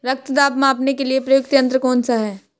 रक्त दाब मापने के लिए प्रयुक्त यंत्र कौन सा है?